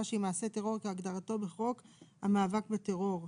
שהיא מעשה טרור כהגדרתו בחוק המאבק בטרור,